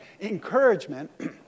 encouragement